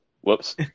Whoops